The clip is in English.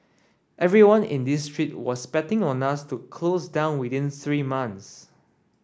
everyone in this street was betting on us to close down within three months